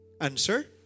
Answer